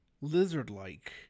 lizard-like